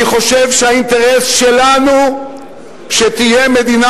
אני חושב שהאינטרס שלנו הוא שתהיה מדינה